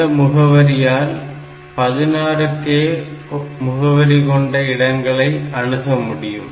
இந்த முகவரியால் 16 k முகவரி கொண்ட இடங்களை அணுக முடியும்